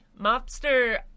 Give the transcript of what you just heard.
mobster